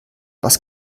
was